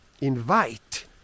Invite